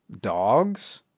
dogs